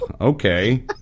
okay